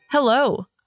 Hello